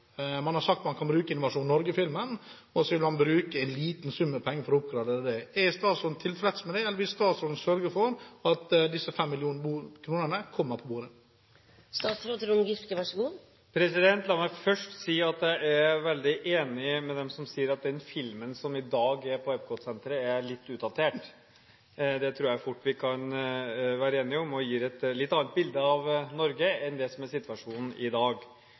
Man har sagt at man kan bruke Innovasjon Norge-filmen, og så vil man bruke en liten sum penger for å oppgradere den. Er statsråden tilfreds med det, eller vil statsråden sørge for at disse 5 mill. kr kommer på bordet? La meg først si at jeg er veldig enig med dem som sier at den filmen som i dag er på Epcot-senteret, er litt utdatert. Det tror jeg fort vi kan være enige om. Det gir et litt annet bilde av Norge enn det som er situasjonen i dag.